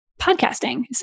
podcasting